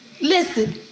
Listen